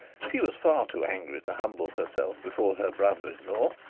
she was far too angry to humble herself before her brother in-law.